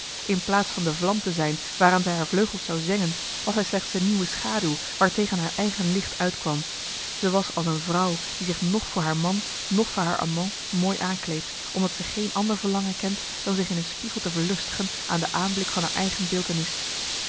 in plaats van de vlam te zijn waaraan zij haar vleugels zou zengen was hij slechts de nieuwe schaduw waartegen haar eigen licht uitkwam ze was als een vrouw die zich noch voor haar man noch voor haar amant mooi aankleedt omdat ze geen ander verlangen kent dan zich in een spiegel te verlustigen aan de aanblik van haar eigen beeltenis